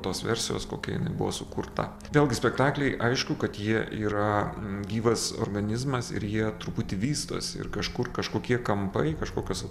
tos versijos kokia jinai buvo sukurta vėlgi spektakliai aišku kad jie yra gyvas organizmas ir jie truputį vystosi ir kažkur kažkokie kampai kažkokios